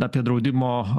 apie draudimo